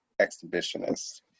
exhibitionist